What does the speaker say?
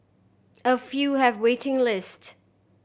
a few have waiting list